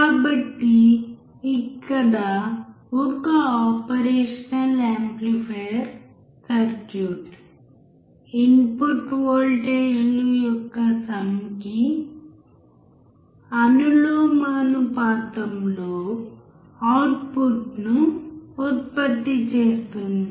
కాబట్టి ఇక్కడ ఒక ఆపరేషనల్ యాంప్లిఫైయర్ సర్క్యూట్ ఇన్పుట్ వోల్టేజీలు యొక్క సమ్ కీ అనులోమానుపాతంలో అవుట్పుట్ని ఉత్పత్తి చేస్తుంది